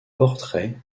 portraits